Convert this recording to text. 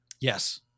Yes